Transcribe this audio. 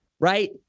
right